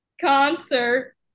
concert